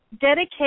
dedicate